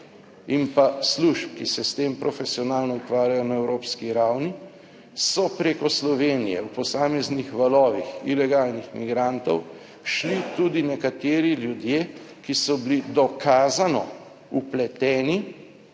in pa služb, ki se s tem profesionalno ukvarjajo na evropski ravni so preko Slovenije v posameznih valovih ilegalnih migrantov šli tudi nekateri ljudje, ki so bili dokazano vpleteni